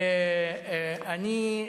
אני,